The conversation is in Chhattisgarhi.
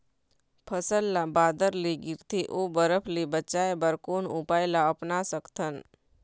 फसल ला बादर ले गिरथे ओ बरफ ले बचाए बर कोन उपाय ला अपना सकथन?